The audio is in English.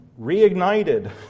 reignited